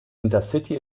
intercity